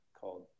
called